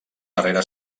darrera